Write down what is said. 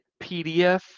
PDF